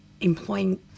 employing